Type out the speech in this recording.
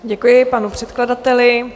Děkuji panu předkladateli.